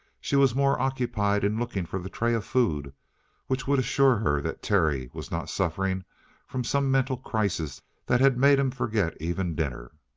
she was more occupied in looking for the tray of food which would assure her that terry was not suffering from some mental crisis that had made him forget even dinner.